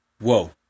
Whoa